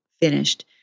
finished